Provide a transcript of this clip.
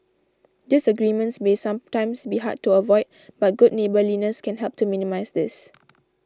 disagreements may sometimes be hard to avoid but good neighbourliness can help to minimise this